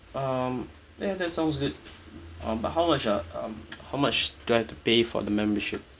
um ya that sounds good uh but how much uh how much do I have to pay for the membership